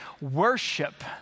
worship